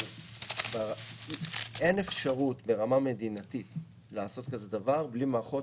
אבל אין אפשרות ברמה מדינתית לעשות כזה דבר בלי מערכות